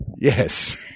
Yes